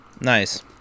Nice